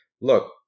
look